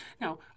Now